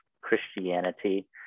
Christianity